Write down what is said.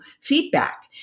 feedback